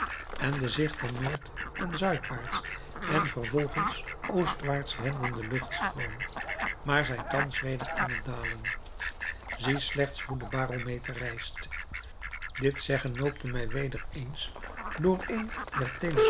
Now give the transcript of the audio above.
en zich dan noord en zuidwaarts en vervolgens oostwaarts wendenden luchtstroom maar zijn thans weder aan het dalen zie slechts hoe de barometer rijst dit zeggen noopte mij weder eens door een